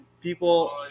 people